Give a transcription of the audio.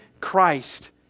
Christ